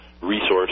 resource